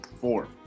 Four